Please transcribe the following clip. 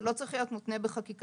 זה לא צריך להיות מותנה בחקיקה.